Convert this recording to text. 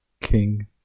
King